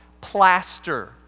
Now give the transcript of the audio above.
plaster